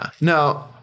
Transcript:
No